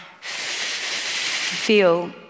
feel